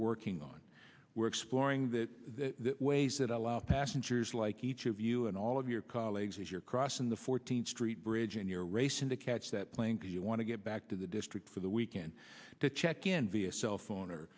working on we're exploring that ways that allow passengers like each of you and all of your colleagues if you're crossing the fourteenth street bridge and you're racing to catch that plane because you want to get back to the district for the weekend to check in via cell phone or